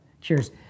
Cheers